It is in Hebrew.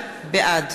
בעד